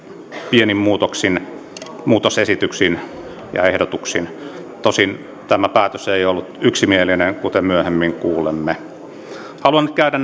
pienin muutoksin muutosesityksin ja ehdotuksin tosin tämä päätös ei ollut yksimielinen kuten myöhemmin kuulemme haluan nyt käydä